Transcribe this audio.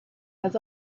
has